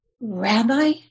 Rabbi